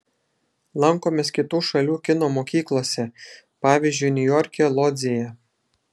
lankomės kitų šalių kino mokyklose pavyzdžiui niujorke lodzėje